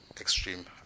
extreme